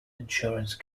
insurance